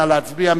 נא להצביע,